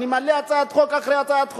אני מעלה הצעת חוק אחרי הצעת חוק,